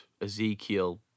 Ezekiel